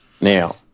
Now